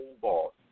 boss